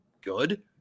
good